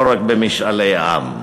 לא רק במשאלי עם?